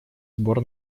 сбор